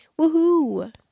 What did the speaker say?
Woohoo